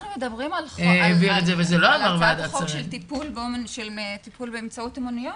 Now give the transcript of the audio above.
אנחנו מדברים על הצעת החוק של טיפול באמצעות אומנויות.